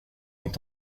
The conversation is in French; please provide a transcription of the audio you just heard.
ont